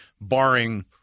barring